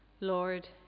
Lord